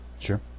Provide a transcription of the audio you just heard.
Sure